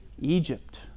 Egypt